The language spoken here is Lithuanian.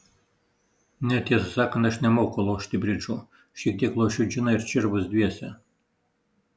ne tiesą sakant aš nemoku lošti bridžo šiek tiek lošiu džiną ir čirvus dviese